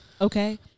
Okay